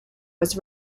was